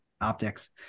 optics